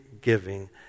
giving